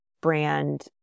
brand